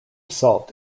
salt